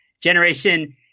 generation